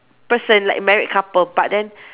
person like married couple but then